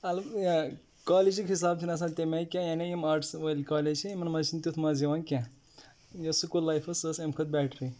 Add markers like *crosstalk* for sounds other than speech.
*unintelligible* کالیجُک حِساب چھُنہٕ آسان تَمہِ آیہِ کینٛہہ یعنی یِم آرٹس وٲلۍ کالج چھِ یِمَن مَنٛز چھِنہٕ تیُتھ مَزٕ یِوان کینٛہہ یوٚس سُکول لایف ٲس سۄ ٲس اَمہِ کھۄتہٕ بیٚٹرٕے